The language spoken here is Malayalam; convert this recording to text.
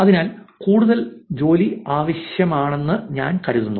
അതിനാൽ കൂടുതൽ ജോലി ആവശ്യമാണെന്ന് ഞാൻ കരുതുന്നു